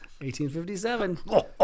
1857